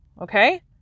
Okay